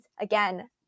again